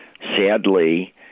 sadly